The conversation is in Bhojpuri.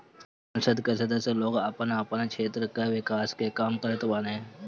संसद कअ सदस्य लोग आपन आपन क्षेत्र कअ विकास के काम करत बाने